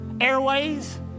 Airways